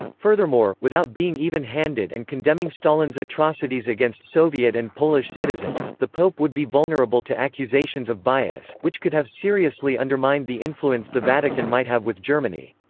furthermore, without being even-handed and condemning stalin's atrocities against soviet and polish citizens, the pope would be vulnerable to accusations of bias which could have seriously undermined the influence the vatican might have with germany.